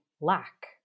lack